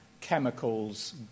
chemicals